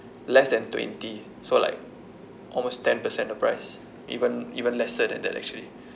less than twenty so like almost ten percent the price even even lesser than that actually